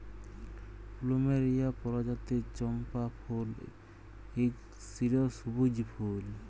plumeria পরজাতির চম্পা ফুল এক চিরসব্যুজ ফুল